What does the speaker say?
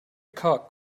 cock